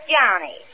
Johnny